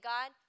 God